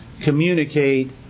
communicate